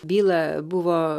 bylą buvo